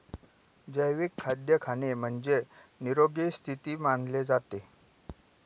जैविक खाद्य खाणे म्हणजे, निरोगी स्थिती मानले जाते